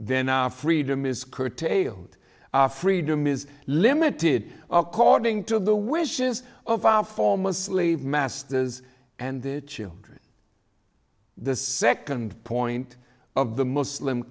then our freedom is curtailed freedom is limited according to the wishes of our former slave masters and the children the second point of the muslim